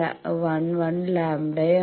11 ലാംഡയാണ്